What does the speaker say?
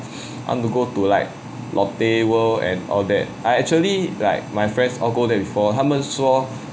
I want to go to like lotte world and all that I actually like my friends all go there before 他们说